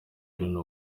loni